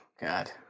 God